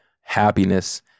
happiness